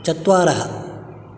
चत्वारः